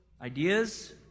ideas